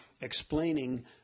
explaining